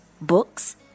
books